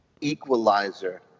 equalizer